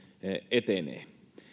etenee